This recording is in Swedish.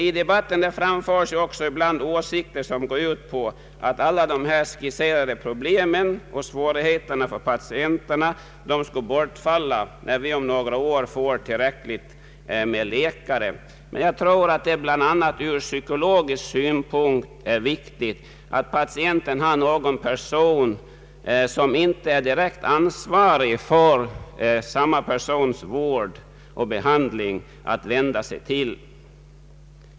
I debatten framförs också ibland åsikter som går ut på att alla dessa skisserade problem och svårigheter för patienterna skulle bortfalla när vi om några år får tillräckligt med läkare. Men jag tror att det bl.a. ur psykologisk synpunkt är viktigt att patienten får träffa någon person som inte är direkt ansvarig för hans vård och behandling.